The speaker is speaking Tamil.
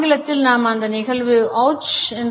ஆங்கிலத்தில் நாம் அதே நிகழ்வை ouch என்று சொல்ல முடியும்